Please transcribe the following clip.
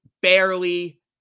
barely